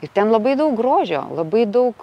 ir ten labai daug grožio labai daug